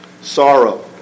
sorrow